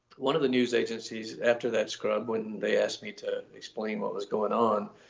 one of the news agencies after that scrub when they asked me to explain what was going on,